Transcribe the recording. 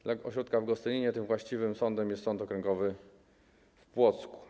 Dla ośrodka w Gostyninie tym właściwym sądem jest Sąd Okręgowy w Płocku.